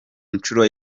nshuro